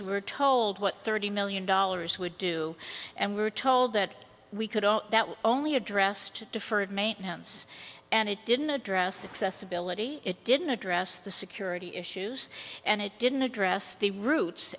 who were told what thirty million dollars would do and we were told that we could only addressed deferred maintenance and it didn't address excess ability it didn't address the security issues and it didn't address the roots